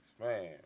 man